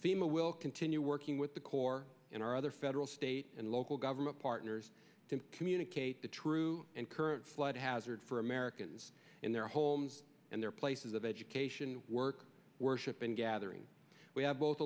fema will continue working with the corps in our other federal state and local government partners to communicate the true and current flood hazard for americans in their homes and their places of education work worship and gathering we have both